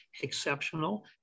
exceptional